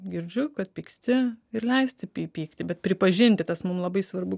girdžiu kad pyksti ir leisti py pykti bet pripažinti tas mum labai svarbu